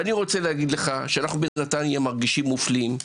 ואני רוצה להגיד לך שאנחנו בנתניה מרגישים מופלים,